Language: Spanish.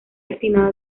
destinado